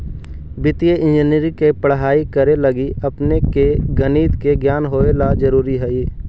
वित्तीय इंजीनियरिंग के पढ़ाई करे लगी अपने के गणित के ज्ञान होवे ला जरूरी हई